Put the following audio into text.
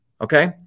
okay